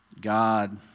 God